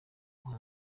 guha